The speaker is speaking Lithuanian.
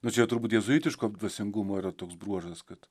nu čia jau turbūt jėzuitiško dvasingumo yra toks bruožas kad